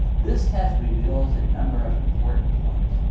this test reveals a number of important points.